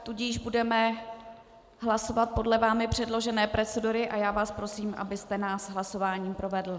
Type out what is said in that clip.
Tudíž budeme hlasovat podle vámi předložené procedury a já vás prosím, abyste nás hlasováním provedl.